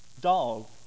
dog